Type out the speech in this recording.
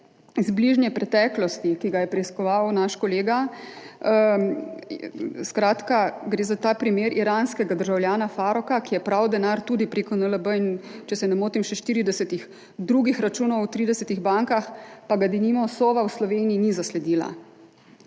iz bližnje preteklosti, ki ga je preiskoval naš kolega, skratka gre za primer iranskega državljana Farrokha, ki je pral denar tudi prek NLB in, če se ne motim, še prek 40 drugih računov v 30 bankah, pa ga denimo Sova v Sloveniji ni zasledila.